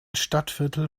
stadtviertel